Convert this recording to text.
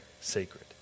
sacred